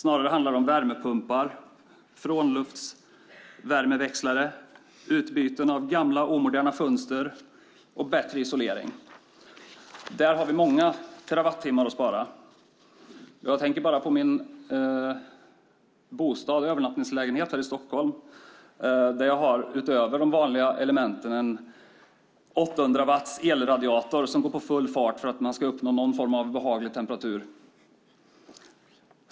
Det handlar om värmepumpar, frånluftsväxlare, utbyten av gamla fönster och bättre isolering. Där har vi många terawattimmar att spara. Jag tänker bara på min bostad, min övernattningslägenhet här i Stockholm. Där har jag utöver de vanliga elementen en 800 watts elradiator som går på full fart för att man ska uppnå någon form av behaglig temperatur.